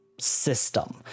system